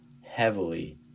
heavily